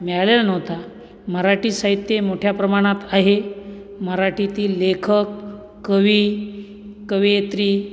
मिळालेला नव्हता मराठी साहित्य मोठ्या प्रमाणात आहे मराठीतील लेखक कवी कवयित्री